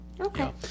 Okay